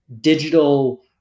digital